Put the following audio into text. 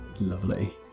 Lovely